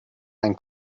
ein